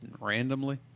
randomly